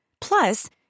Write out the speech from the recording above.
Plus